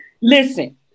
Listen